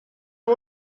amb